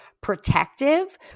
protective